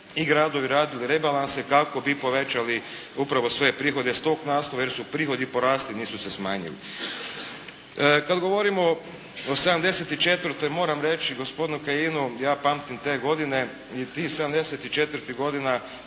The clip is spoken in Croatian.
i gradovi radili rebalanse kako bi povećali upravo svoje prihode s tog naslova, jer su prihodi porasli, nisu se smanjili. Kad govorimo o '74. moram reći gospodinu Kajinu, ja pamtim te godine i tih '74. godina